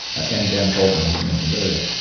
and dan sullivan who you mentioned earlier.